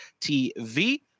tv